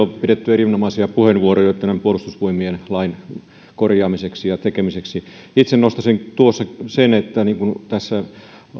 on pidetty erinomaisia puheenvuoroja tämän puolustusvoimista annetun lain korjaamiseksi ja tekemiseksi itse nostaisin sen niin kuin tässä